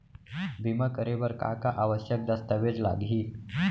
बीमा करे बर का का आवश्यक दस्तावेज लागही